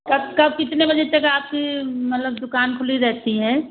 अब कब कितने बजे तक आपकी मतलब दुकान खुली रहती है